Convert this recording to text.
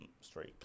straight